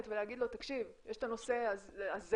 ולהגיד לו: תקשיב יש את הנושא הזה,